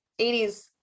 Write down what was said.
80s